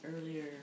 earlier